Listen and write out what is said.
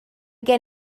gen